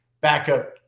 backup